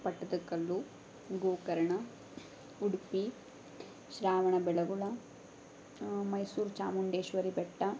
Pattadakal Gokarna Udupi Shravanabelagola Mysuru Chamundeshwari Betta